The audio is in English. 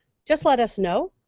just let us know.